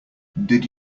did